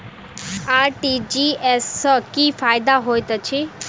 RTGS सँ की फायदा होइत अछि?